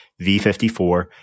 V54